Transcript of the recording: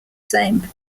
same